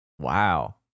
Wow